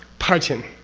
parchin.